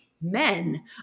men